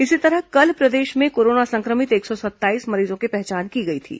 इसी तरह कल प्रदेश में कोरोना संक्रमित एक सौ सत्ताईस मरीजों की पहचान की गई थी